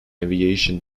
aviation